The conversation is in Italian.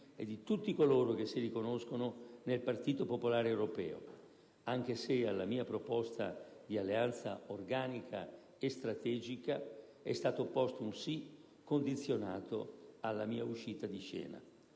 e di tutti coloro che si riconoscono nel Partito popolare europeo, anche se alla mia proposta di alleanza organica e strategica è stato posto un «sì» condizionato alla mia uscita di scena.